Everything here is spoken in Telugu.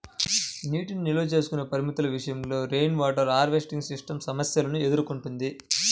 నీటిని నిల్వ చేసుకునే పరిమితుల విషయంలో రెయిన్వాటర్ హార్వెస్టింగ్ సిస్టమ్ సమస్యలను ఎదుర్కొంటున్నది